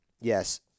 yes